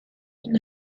been